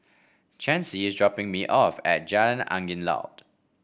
Chancey is dropping me off at Jalan Angin Laut